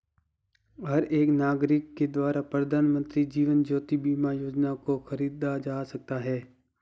हर एक नागरिक के द्वारा प्रधानमन्त्री जीवन ज्योति बीमा योजना को खरीदा जा सकता है